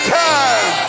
time